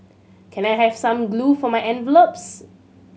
can I have some glue for my envelopes